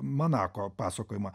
manako pasakojimą